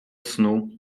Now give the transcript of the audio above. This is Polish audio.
snu